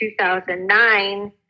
2009